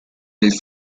del